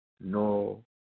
no